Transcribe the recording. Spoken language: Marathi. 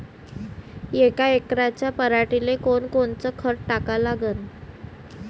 यका एकराच्या पराटीले कोनकोनचं खत टाका लागन?